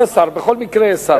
בכל מקרה יש שר.